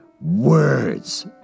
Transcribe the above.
Words